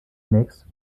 nächste